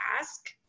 ask